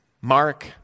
Mark